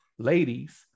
Ladies